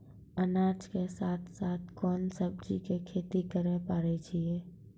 अनाज के साथ साथ कोंन सब्जी के खेती करे पारे छियै?